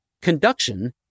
Conduction